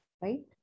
right